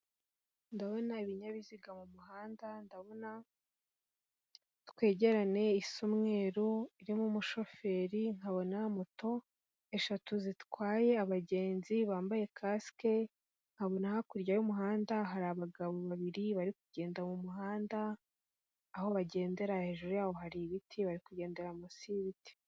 Ndabona ibinyabiziga mu muhanda, ndabona twegerane isa umweru irimo umushoferi, nkabona moto eshatu zitwaye abagenzi bambaye casike nkabona hakurya y'umuhanda hari abagabo babiri bari kugenda mu muhanda aho bagendera hejuru yaho hari ibiti bari kugendera munsi y'ibiti.